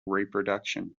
reproduction